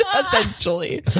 Essentially